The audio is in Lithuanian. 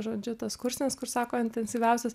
žodžiu tas kursinis kur sako intensyviausias